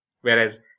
Whereas